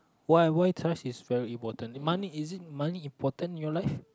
why why task is very important money is it money important in your life